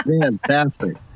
Fantastic